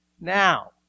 Now